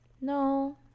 no